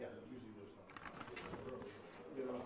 yeah yeah